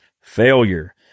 failure